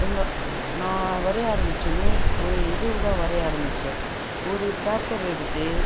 எங்கள் நான் வரைய ஆரமிச்சொன்னே ஒரு இது தான் வரைய ஆரமிச்சேன் ஒரு பேப்பர் எடுத்து